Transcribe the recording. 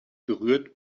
berührt